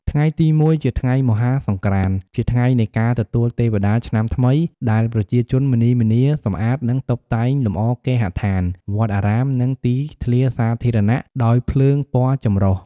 ថ្ងៃទី ១ ជាថ្ងៃមហាសង្ក្រាន្ត ជាថ្ងៃនៃការទទួលទេវតាឆ្នាំថ្មី ដែលប្រជាជនម្នីម្នា សម្អាត និងតុបតែងលម្អគេហដ្ឋាន វត្តអារាម និងទីធ្លាសាធារណៈដោយភ្លើងពណ៌ចម្រុះ។